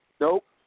nope